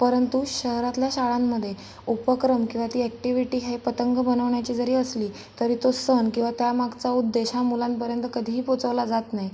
परंतु शहरातल्या शाळांमध्ये उपक्रम किंवा ती ॲक्टिव्हिटी हे पतंग बनवण्याची जरी असली तरी तो सण किंवा त्या मागचा उद्देश हा मुलांपर्यंत कधीही पोहचवला जात नाही